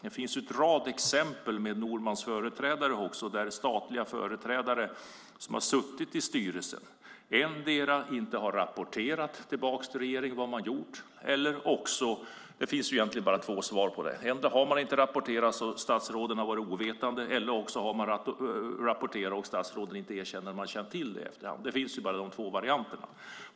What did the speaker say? Det finns en rad exempel också från Normans företrädare där statliga företrädare som har suttit i styrelser endera inte har rapporterat tillbaka till regeringen vad man har gjort, så att statsråden alltså har varit ovetande, eller har rapporterat men att statsråden efteråt inte erkänner att de har känt till det. Det finns egentligen bara två sätt som det kan ligga till på, och det är dessa.